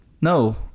no